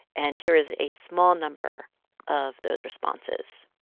and here is a small number of those responses